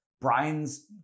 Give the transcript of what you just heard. Brian's